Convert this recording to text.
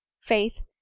faith